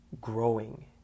growing